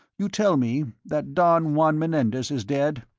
you tell me that don juan menendez is dead?